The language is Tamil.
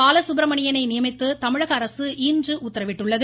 பாலசுப்ரமணியனை நியமித்து தமிழக அரசு இன்று உத்தரவிட்டுள்ளது